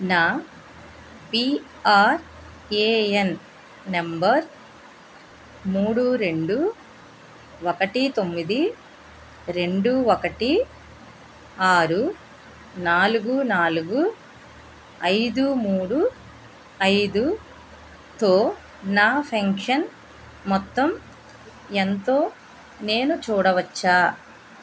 నా PRAN number మూడు రెండు ఒకటి తొమ్మిది రెండు ఒకటి ఆరు నాలుగు నాలుగు ఐదు మూడు ఐదు తో నా పెన్షన్ మొత్తం ఎంతో నేను చూడవచ్చా